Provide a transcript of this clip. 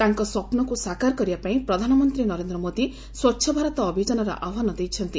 ତାଙ୍କ ସ୍ୱପ୍ରକୁ ସାକାର କରିବା ପାଇଁ ପ୍ରଧାନ ମନ୍ତୀ ନରେନ୍ଦ୍ର ମୋଦି ସ୍ୱ ଅଭିଯାନର ଆହ୍ୱନ ଦେଇଛନ୍ତି